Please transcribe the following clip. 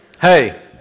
Hey